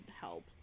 help